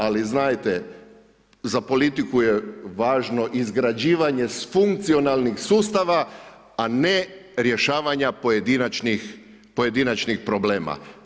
Ali znajte za politiku je važno izgrađivanje funkcionalnih sustava, a ne rješavanja pojedinačnih problema.